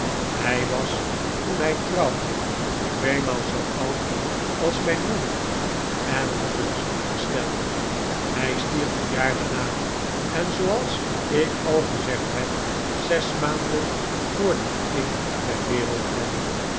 hij was toen hij trouwbi de tweemaal zoo oud als mijn moeder en li had een zwak gestel hij stierf een jaar daarna en zooals ik al gezegd heb zes maanden voordat ik ter wereld kwam